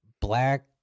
black